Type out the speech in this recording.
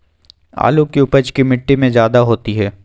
आलु की उपज की मिट्टी में जायदा होती है?